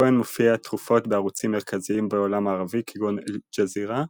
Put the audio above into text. כהן מופיע תכופות בערוצים מרכזיים בעולם הערבי כגון אל-ג'זירה,